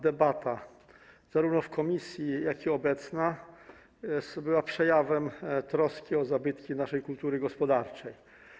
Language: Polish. Debaty, zarówno ta w komisji, jak i obecna, były przejawem troski o zabytki naszej kultury gospodarczej.